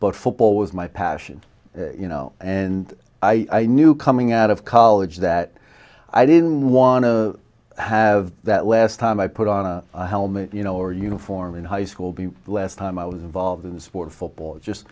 but football was my passion you know and i knew coming out of college that i didn't want to have that last time i put on a helmet you know our uniform in high school be the last time i was involved in the sport of football just